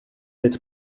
être